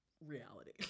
reality